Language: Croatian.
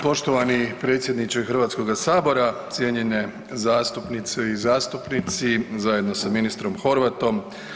Poštovani predsjedniče Hrvatskoga sabora, cijenjene zastupnice i zastupnici, zajedno sa ministrom Horvatom.